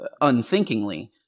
unthinkingly